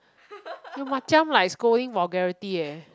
you macam like scolding vulgarity eh